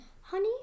honey